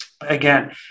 again